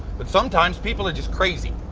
but, sometimes, people are just crazy.